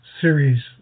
series